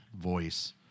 voice